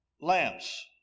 lamps